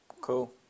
Cool